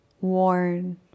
worn